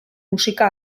musika